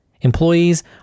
Employees